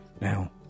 Now